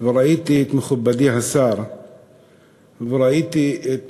וראיתי את מכובדי השר וראיתי את